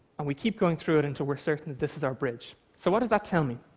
and we keep going through it until we're certain that this is our bridge. so what does that tell me?